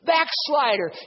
Backslider